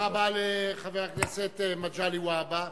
תודה רבה לחבר הכנסת מגלי והבה.